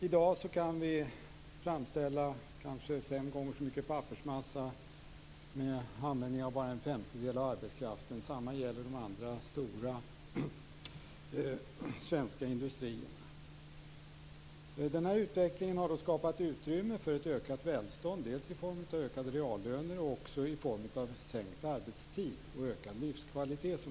I dag kan vi framställa fem gånger så mycket pappersmassa med användning av bara en femtedel av arbetskraften. Motsvarande förhållanden gäller i de andra stora svenska industrierna. Den här utvecklingen har skapat utrymme för ett ökat välstånd, dels i form av ökade reallöner, dels i form av sänkt arbetstid och ökad livskvalitet.